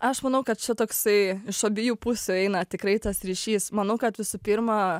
aš manau kad čia toksai iš abiejų pusių eina tikrai tas ryšys manau kad visų pirma